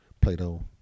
Plato